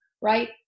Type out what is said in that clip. right